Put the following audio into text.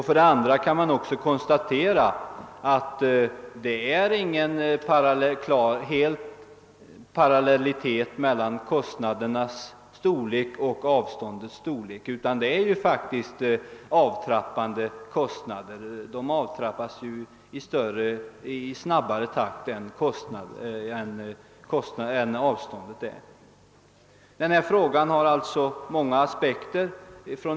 För det andra kan man konstatera, att det inte finns någon fullständig parallellitet mellan kostnadernas och avståndens storlek, utan kostnaderna avtrappas i snabbare takt än avståndet. Problemet har alltså många aspekter.